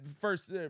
first